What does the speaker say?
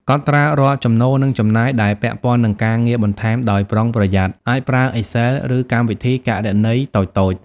កត់ត្រារាល់ចំណូល និងចំណាយដែលពាក់ព័ន្ធនឹងការងារបន្ថែមដោយប្រុងប្រយ័ត្ន អាចប្រើ Excel ឬកម្មវិធីគណនេយ្យតូចៗ។